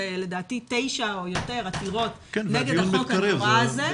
ולדעתי תשע או יותר עתירות נגד החוק הנורא הזה,